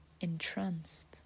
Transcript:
entranced